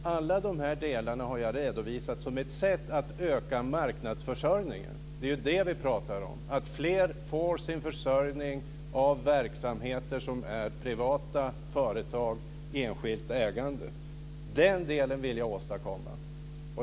Alla dessa delar har jag redovisat som ett sätt att öka marknadsförsörjningen. Det är ju det som vi talar om, att fler ska få sin försörjning i verksamheter som är privata; företag, enskilt ägande. Det är detta som jag vill åstadkomma.